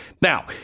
Now